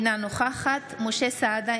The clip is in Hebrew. אינה נוכחת משה סעדה,